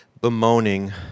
bemoaning